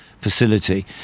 facility